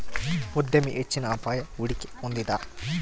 ಉದ್ಯಮಿ ಹೆಚ್ಚಿನ ಅಪಾಯ, ಹೂಡಿಕೆ ಹೊಂದಿದ